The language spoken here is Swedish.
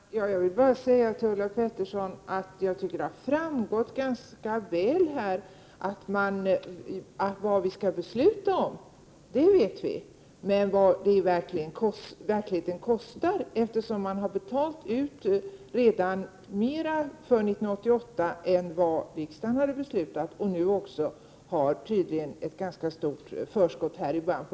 Herr talman! Jag vill bara säga till Ulla Pettersson att jag tycker att det ganska väl har framgått vad vi skall besluta om men inte vad det verkligen kostar. Redan för 1988 har det ju betalats ut mera än vad riksdagen beslutat om, och i början av det här året har man tydligen också ett ganska stort förskott.